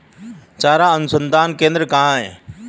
चारा अनुसंधान केंद्र कहाँ है?